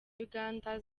uganda